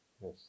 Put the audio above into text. Yes